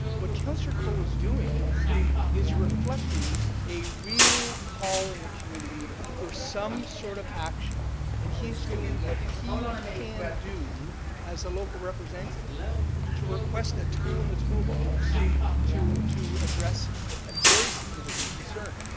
what councillor colle is doing is reflecting a real call in the community for some sort of action and he's doing what he can do as a local representative to request a tool in the tool box to to address a very significant concern.